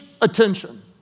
attention